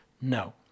no